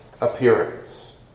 appearance